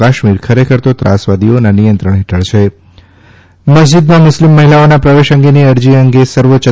કાશ્મીર ખરેખર તો ત્રાસવાદીઓના નિયંત્રણ હેઠળ છે મસ્જિદમાં મુસ્લિમ મહિલાઓના પ્રવેશ અંગેની અરજી અંગે સર્વોચ્ય